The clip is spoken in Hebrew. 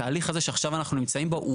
התהליך הזה שעכשיו אנחנו נמצאים בו הוא